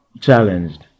challenged